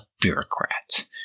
bureaucrats